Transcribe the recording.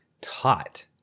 taught